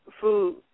food